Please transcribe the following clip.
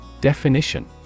Definition